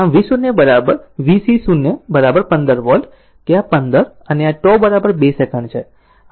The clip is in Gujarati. આમ V0 V C0 15 15 વોલ્ટ કે આ 15 અને τ τ 2 સેકંડ છે